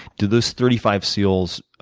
did those thirty five seals,